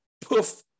poof